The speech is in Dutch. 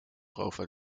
erover